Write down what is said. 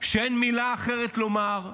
שאין מילה אחרת לומר,